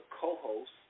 co-host